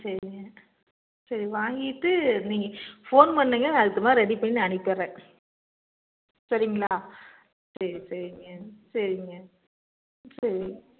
சரிங்க சரி வாங்கிவிட்டு நீங்கள் ஃபோன் பண்ணுங்க நான் அதுக்கு தகுந்த மாதிரி ரெடி பண்ணி நான் அனுப்பிடுறேன் சரிங்ளா சரி சரிங்க சரிங்க சரிங்